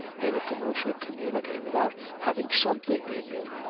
in a commercial community, without having something in you.